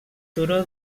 turó